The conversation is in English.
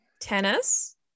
Tennis